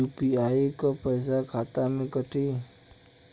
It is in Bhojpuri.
यू.पी.आई क पैसा खाता से कटी?